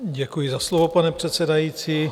Děkuji za slovo, pane předsedající.